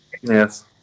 Yes